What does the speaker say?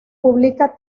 publica